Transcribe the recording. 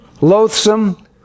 loathsome